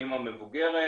אימא מבוגרת,